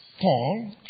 Paul